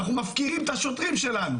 אנחנו מפקירים את השוטרים שלנו